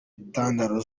intandaro